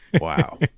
Wow